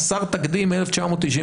חסר תקדים מ-1999,